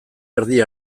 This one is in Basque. erdi